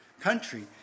country